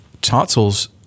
Tonsils